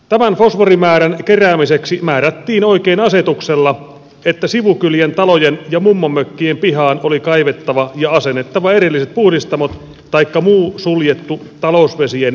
tämän fosforimäärän keräämiseksi määrättiin oikein asetuksella että sivukylien talojen ja mummonmökkien pihaan oli kaivettava ja asennettava erilliset puhdistamot taikka muu suljettu talousvesien keruujärjestelmä